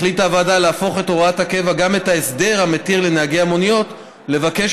החליטה הוועדה להפוך להוראת קבע גם את ההסדר המתיר לנהגי מוניות לבקש